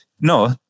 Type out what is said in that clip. No